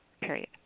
Period